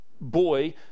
boy